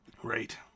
great